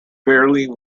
fairly